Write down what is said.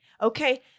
Okay